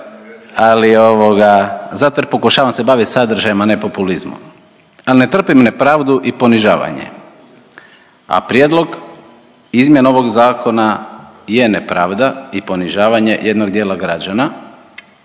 ali ovoga zato jer pokušavam se bavit sadržajem, a ne populizmom. Al ne trpim nepravdu i ponižavanje, a prijedlog izmjena ovog zakona je nepravda i ponižavanje jednog dijela građana